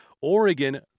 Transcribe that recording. Oregon